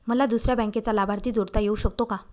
मला दुसऱ्या बँकेचा लाभार्थी जोडता येऊ शकतो का?